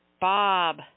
Bob